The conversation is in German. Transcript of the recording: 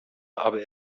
aber